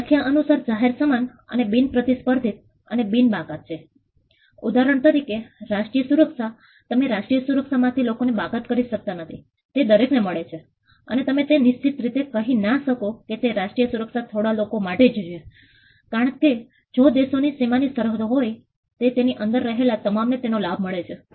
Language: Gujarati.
વ્યાખ્યા અનુસાર જાહેર સામાન એ બિન પ્રતિસ્પર્ધી અને બિન બાકાત છે ઉદાહરણ તરીકે રાષ્ટ્રીય સુરક્ષા તમે રાષ્ટ્રીય સુરક્ષા માંથી લોકોને બાકાત કરી શકતા નથી તે દરેક ને મળે છે અને તમે તે નિશ્ચિત રીતે કહી ના શકો કે તે રાષ્ટ્રીય સુરક્ષા થોડા લોકો માટે જ છે કારણ કે જો દેશોની સીમા ની સરહદ હોય તે તેની અંદર રહેલા તમામ ને તેનો લાભ મળે છે